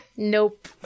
Nope